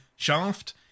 Shaft